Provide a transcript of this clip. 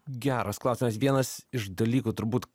geras klausimas vienas iš dalykų turbūt